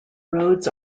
roads